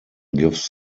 gives